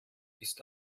ist